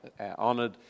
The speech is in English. honoured